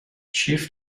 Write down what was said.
chief